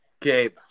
Gabe